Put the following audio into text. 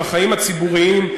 לחיים הציבוריים,